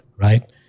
right